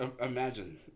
Imagine